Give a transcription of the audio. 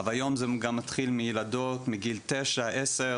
אבל היום זה גם מתחיל מילדות מגיל תשע-עשר,